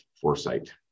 foresight